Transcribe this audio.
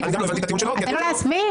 תן לו להסביר.